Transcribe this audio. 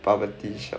bubble tea shop